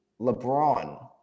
LeBron